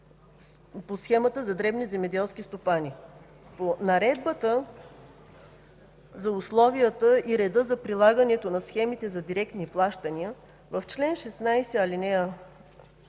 по Схемата за дребни земеделски стопани. По Наредбата за условията и реда за прилагането на схемите за директни плащания в чл. 16, ал.